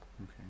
Okay